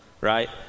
right